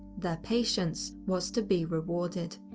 their patience was to be rewarded.